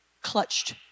clutched